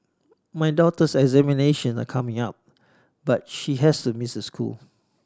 my daughter's examinations are coming up but she has to miss school